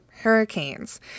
hurricanes